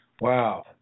Wow